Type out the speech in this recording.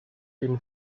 ihnen